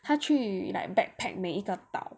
他去 like backpack 每一个岛